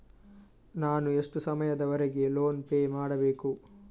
ನಾನು ಎಷ್ಟು ಸಮಯದವರೆಗೆ ಲೋನ್ ಪೇ ಮಾಡಬೇಕು?